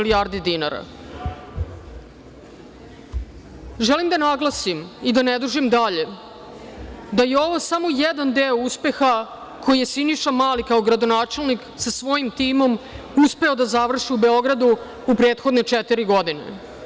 Želim da naglasim i da ne dužim dalje, da je ovo samo jedan deo uspeha koji je Siniša Mali kao gradonačelnik, sa svojim timom uspeo da završi u Beogradu u prethodne četiri godine.